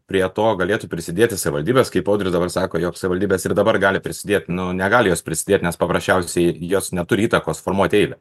prie to galėtų prisidėti savivaldybės kaip audris dabar sako jog savivaldybės ir dabar gali prisidėt nu negali jos prisidėt nes paprasčiausiai jos neturi įtakos formuoti eilę